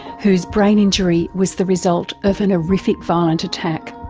whose brain injury was the result of an horrific violent attack.